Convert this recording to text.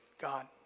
God